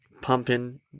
pumping